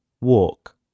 Walk